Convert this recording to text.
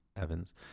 Evans